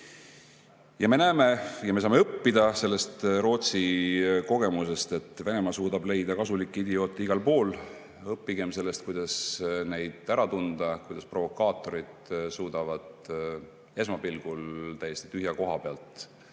Ja me näeme ja me saame õppida sellest Rootsi kogemusest, et Venemaa suudab leida kasulikke idioote igal pool. Õppigem sellest, kuidas neid ära tunda ja kuidas provokaatorid suudavad esmapilgul täiesti tühja koha pealt